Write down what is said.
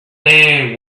man